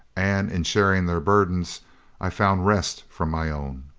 and in sharing their burdens i found rest from my own.